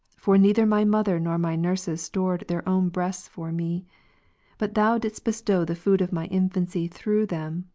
for neither my mother nor my nurses stored their own breasts for me but thou didst bestow the food of my infancy through them,